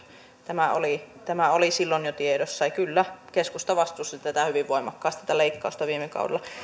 tämä oli tämä oli silloin jo tiedossa ja kyllä keskusta vastusti tätä leikkausta hyvin voimakkaasti viime kaudella